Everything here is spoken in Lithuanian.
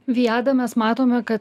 viada mes matome kad